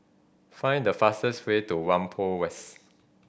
find the fastest way to Whampoa West